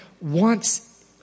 wants